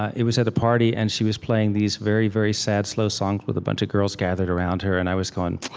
it was at the party, and she was playing these very, very sad, slow songs with a bunch of girls gathered her. and i was going,